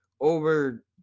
over